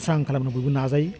स्रां खालामनो बयबो नाजायो